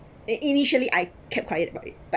i~ initially I kept quiet about it but